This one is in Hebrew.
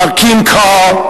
מר קים קאר,